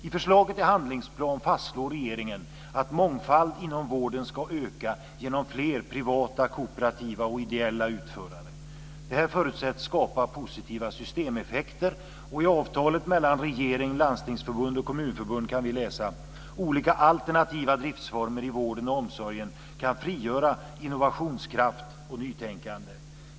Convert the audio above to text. I förslaget till handlingsplan fastslår regeringen att mångfald inom vården ska öka genom fler privata, kooperativa och ideella utförare. Det här förutsätts skapa positiva systemeffekter och i avtalet mellan regeringen, Landstingsförbundet och Kommunförbundet kan vi läsa: "Olika alternativa driftsformer i vården och omsorgen kan frigöra innovationskraft och nytänkande.